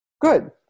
Good